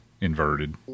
inverted